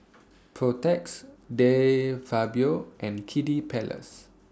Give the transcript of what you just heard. Protex De Fabio and Kiddy Palace